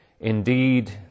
indeed